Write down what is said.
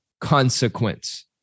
consequence